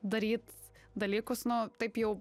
daryt dalykus nu taip jau